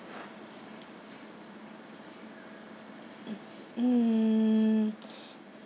mm